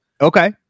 Okay